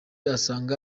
asanga